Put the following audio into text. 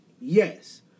Yes